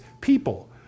people